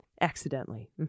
Accidentally